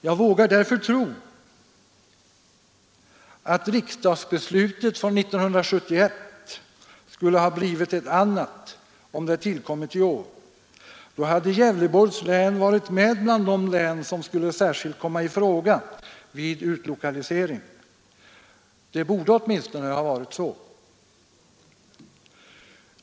Jag vågar därför tro att riksdagsbeslutet från 1971 skulle ha blivit ett annat om det tillkommit i år. Då hade Gävleborgs län varit med bland de län som skulle särskilt komma i fråga vid utlokalisering. Det borde åtminstone ha varit så.